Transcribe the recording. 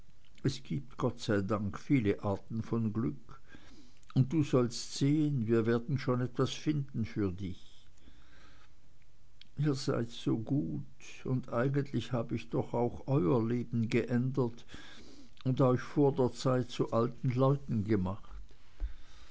es gibt gott sei dank viele arten von glück und du sollst sehen wir werden schon etwas finden für dich ihr seid so gut und eigentlich hab ich doch auch euer leben geändert und euch vor der zeit zu alten leuten gemacht